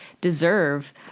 deserve